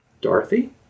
Dorothy